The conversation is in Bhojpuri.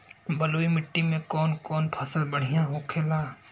बलुई मिट्टी में कौन कौन फसल बढ़ियां होखेला?